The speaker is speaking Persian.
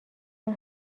جون